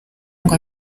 ngo